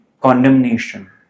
condemnation